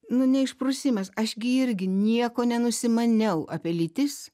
nu neišprusimas aš gi irgi nieko nenusimaniau apie lytis